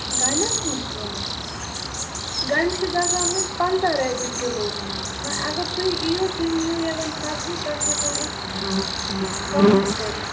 گَنٛڈن ہُنٛد قٍمتھ گَنٛڈٕ چھِ گَژھان حظ پَنٛژاہ رۄپیہِ کِلو وۅنۍ اَگر تُہۍ یِیو تُہۍ نِیو ییٚتٮ۪ن سَبزی تۅہہِ ہیٚکِو أسۍ کم تہِ کٔرِتھ